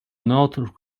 not